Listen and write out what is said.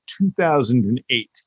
2008